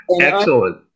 Excellent